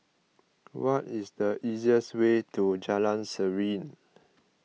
what is the easiest way to Jalan Serene